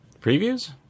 previews